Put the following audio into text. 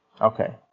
Okay